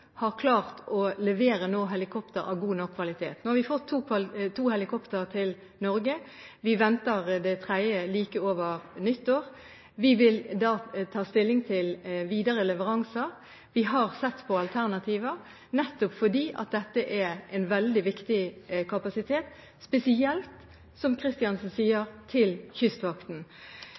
å levere helikoptre av god nok kvalitet. Nå har vi fått to helikoptre til Norge. Vi venter det tredje like over nyttår. Vi vil da ta stilling til videre leveranser. Vi har sett på alternativer, nettopp fordi dette er en veldig viktig kapasitet, spesielt – som Kristiansen sier – for Kystvakten.